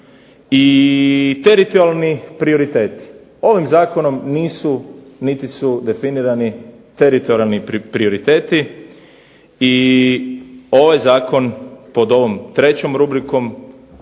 I teritorijalni prioriteti, ovim Zakonom nisu niti su definirani teritorijalni prioriteti i ovaj Zakon pod ovom trećom rubrikom